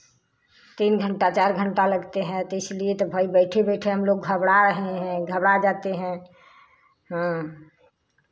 तीन घंटा चार घंटा लगते हैं तो इसलिए तो भाई बैठे बैठे हम लोग घबड़ा रहे हैं घबड़ा जाते हैं हाँ